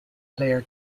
player